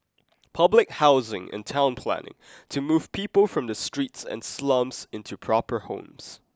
public housing and town planning to move people from the streets and slums into proper homes